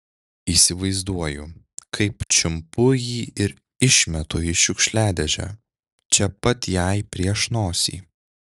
įsivaizduoju kaip čiumpu jį ir išmetu į šiukšliadėžę čia pat jai prieš nosį